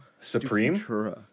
Supreme